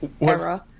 era